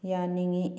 ꯌꯥꯅꯤꯡꯏ